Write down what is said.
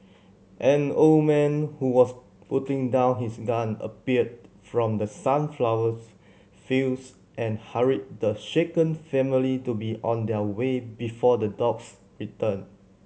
an old man who was putting down his gun appeared from the sunflowers fields and hurried the shaken family to be on their way before the dogs return